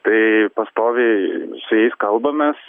tai pastoviai su jais kalbamės